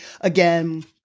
Again